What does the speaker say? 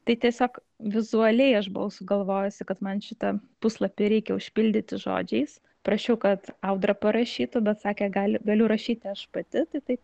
tai tiesiog vizualiai aš buvau sugalvojusi kad man šitą puslapį reikia užpildyti žodžiais prašiau kad audra parašytų bet sakė gali galiu rašyti aš pati tai taip